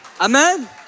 Amen